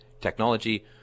technology